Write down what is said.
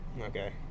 Okay